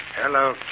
Hello